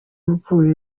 mvune